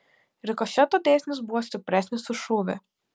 rikošeto dėsnis buvo stipresnis už šūvį